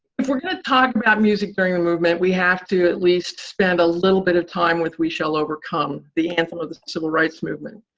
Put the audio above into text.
if we're going to talk about music during the movement, we have to at least spend a little bit of time with we shall overcome, the anthem of the civil rights movement.